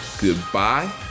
goodbye